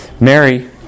Mary